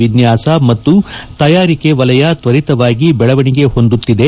ವಿನ್ನಾಸ ಮತ್ತು ತಯಾರಿಕೆ ವಲಯ ತ್ವರಿತವಾಗಿ ಬೆಳವಣಿಗೆ ಹೊಂದುತ್ತಿದೆ